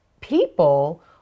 people